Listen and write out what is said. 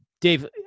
Dave